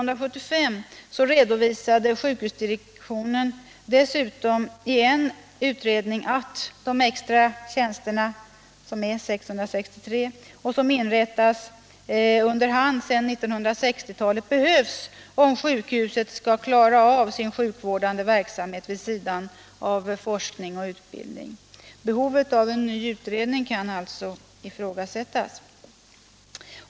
Dessutom redovisade sjukhusdirektionen redan 1975 i en utredning att de 663 extra tjänster som inrättats under hand sedan 1960-talet behövs om sjukhuset skall klara av sin sjukvårdande verksamhet vid sidan av forskning och utbildning. Behovet av en ny utredning kan alltså ifrågasättas.